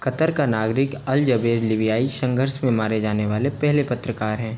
Qatar का नागरिक Al Jaber लीबियाई संघर्ष में मारे जाने वाले पहले पत्रकार हैं